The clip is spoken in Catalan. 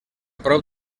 prop